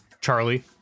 Charlie